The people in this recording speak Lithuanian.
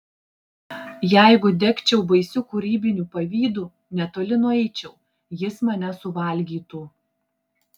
jeigu degčiau baisiu kūrybiniu pavydu netoli nueičiau jis mane suvalgytų